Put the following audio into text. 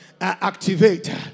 activate